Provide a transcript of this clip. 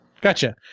gotcha